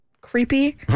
creepy